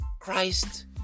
Christ